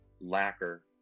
lacquer